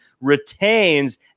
retains